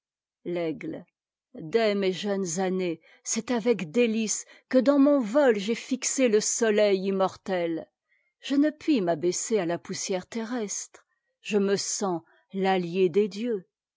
l'aigle dès mes jeunes années c'est avec délices que dans mon vol j'ai fixé le soleil im mortel je ne puis m'abaisser à la poussière terrestre je me sens l'allié des dieux